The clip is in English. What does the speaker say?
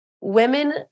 women